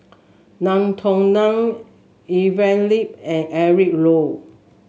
Ngiam Tong Dow Evelyn Lip and Eric Low